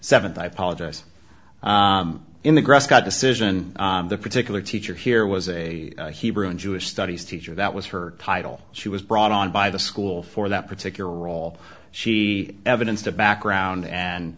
seventh i apologize in the grass scott decision the particular teacher here was a hebrew and jewish studies teacher that was her title she was brought on by the school for that particular role she evidence to background and